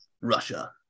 Russia